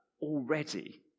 already